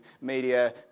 media